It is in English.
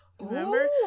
Remember